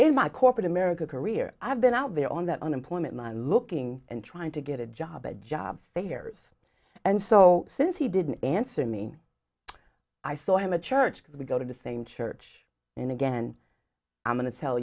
in my corporate america career i have been out there on that unemployment my looking and trying to get a job at job fairs and so since he didn't answer me i saw him a church we go to the same church and again i'm going t